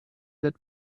that